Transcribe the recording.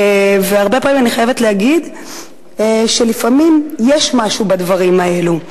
אני חייבת להגיד שלפעמים יש משהו בדברים האלו.